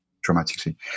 dramatically